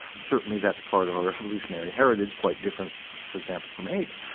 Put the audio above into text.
certainly that's part of our evolutionary heritage, quite different for example from apes.